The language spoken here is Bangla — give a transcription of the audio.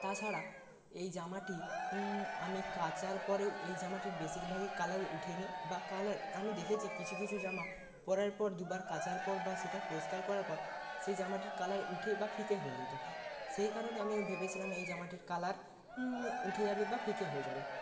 তাছাড়া এই জামাটি আমি কাচার পরেও এই জামাটির বেশিরভাগই কালার উঠেনি বা কালার আমি দেখেছি কিছু কিছু জামা পড়ার পর দুবার কাচার পর বা সেটা পরিষ্কার করার পর সেই জামাটির কালার উঠে বা ফিকে হয়ে যেতো সেই কারণে আমিও ভেবেছিলাম এই জামাটির কালার উঠে যাবে বা ফিকে হয়ে যাবে